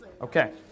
Okay